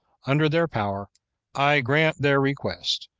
under their power i grant their request,